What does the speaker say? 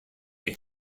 were